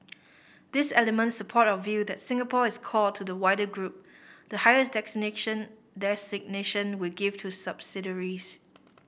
these elements support our view that Singapore is core to the wider group the highest designation we give to subsidiaries